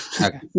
Okay